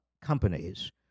companies